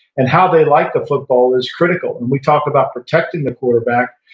and how they like the football is critical. when we talk about protecting the quarterback,